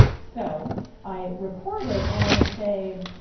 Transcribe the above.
so i report it and i say,